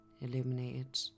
illuminated